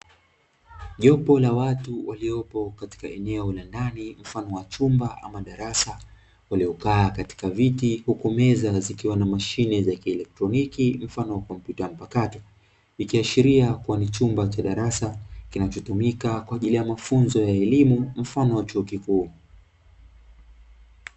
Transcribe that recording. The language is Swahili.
Jopo la watu waliopo katika eneo la ndani mfano wa chumba au darasa waliokaa katika viti huku meza zikiwa na mashine za kielektroniki mfano wa kompyuta mpakato, ikiashiria kuwa ni chumba cha darasa kinachotumika kwa ajili ya mafunzo ya elimu mfano wa chuo kikuu.